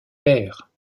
père